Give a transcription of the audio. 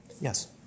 Yes